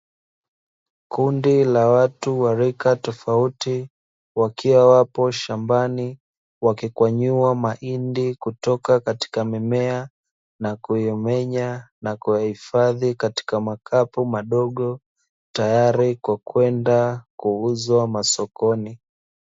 Kundi la watu wa rika tofauti wakiwa wapo shambani wakikwanyuwa mahindi kutoka katika mimea na kumenya na kuhifadhi katika makapu madogo, tayari kwa kwenda kuuzwa masokoni.